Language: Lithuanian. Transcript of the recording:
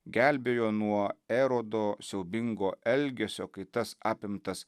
gelbėjo nuo erodo siaubingo elgesio kai tas apimtas